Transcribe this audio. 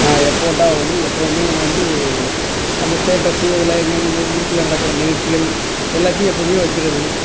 நான் என் ஃபோட்டோவை வந்து எப்பவுமே என்னை வந்து அந்த ஸ்டேட்டஸ்ஸு அதில் எங்கெங்கன்னு ஊருக்குள்ளே நடக்கிற நிகழ்ச்சிகள் எல்லாத்தையும் எப்பவுமே வைக்கிறது